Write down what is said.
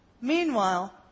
Meanwhile